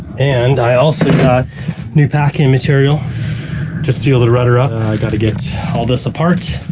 and i also got new packaging material to seal the rudder up. and i got to get all this apart.